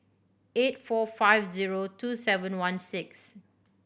eight four five zero two seven one six